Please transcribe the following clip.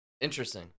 Interesting